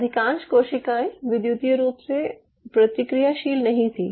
अधिकांश कोशिकाएं विद्युतीय रूप से प्रतिक्रियाशील नहीं थीं